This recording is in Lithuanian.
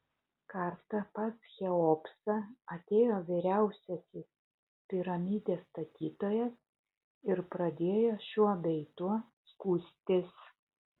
kartą pas cheopsą atėjo vyriausiasis piramidės statytojas ir pradėjo šiuo bei tuo skųstis